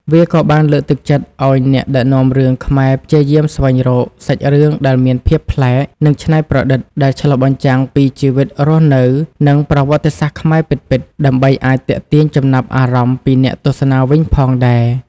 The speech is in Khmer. វាក៏បានលើកទឹកចិត្តឲ្យអ្នកដឹកនាំរឿងខ្មែរព្យាយាមស្វែងរក សាច់រឿងដែលមានភាពប្លែក និងច្នៃប្រឌិត ដែលឆ្លុះបញ្ចាំងពីជីវិតរស់នៅ និងប្រវត្តិសាស្ត្រខ្មែរពិតៗ ដើម្បីអាចទាក់ទាញចំណាប់អារម្មណ៍ពីអ្នកទស្សនាវិញផងដែរ។